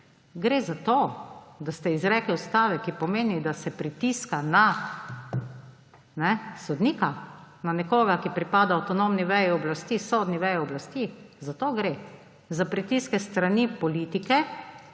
Gre za to, da ste izrekli stavek, ki pomeni, da se pritiska na sodnika. Na nekoga, ki pripada avtonomni veji oblasti, sodni veji oblasti. Za to gre! Za pritiske s strani politike